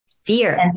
fear